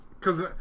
Cause